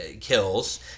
kills